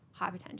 hypertension